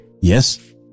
Yes